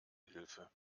hilfe